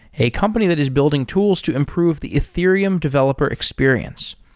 a company that is building tools to improve the ethereum developer experience.